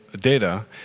data